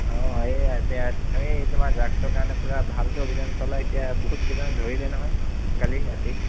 অ এইয়া তে তেৱেঁই তোমাৰ ড্ৰাগছৰ কাৰণে পুৰা ভালকৈ অভিযান চলাই এতিয়া বহুত কেইজনক ধৰিলে নহয় কালি ৰাতি